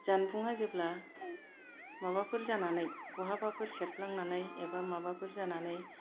जानबुङा जेब्ला माबाफोर जानानै बहाबाफोर सेरफ्लांनानै एबा माबाफोर जानानै